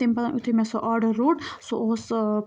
تَمہِ پَتہٕ یُتھُے مےٚ سُہ آرڈر روٚٹ سُہ اوس